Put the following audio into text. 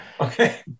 Okay